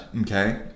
okay